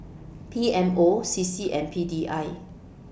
P M O C C and P D I